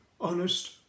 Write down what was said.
honest